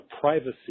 privacy